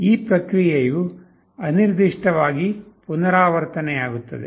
ಈ ಪ್ರಕ್ರಿಯೆಯು ಅನಿರ್ದಿಷ್ಟವಾಗಿ ಪುನರಾವರ್ತನೆಯಾಗುತ್ತದೆ